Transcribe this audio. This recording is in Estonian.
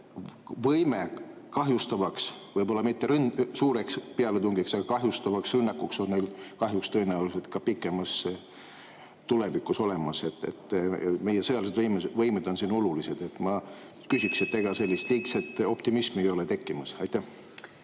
Võime kahjustavaks, no võib-olla mitte suureks pealetungiks, aga kahjustavaks rünnakuks on neil tõenäoliselt ka kaugemas tulevikus olemas. Meie sõjalised võimed on siin olulised. Ma küsingi, ega sellist liigset optimismi ei ole tekkimas. Aitäh!